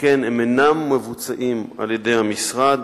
שכן הם אינם מבוצעים על-ידי המשרד,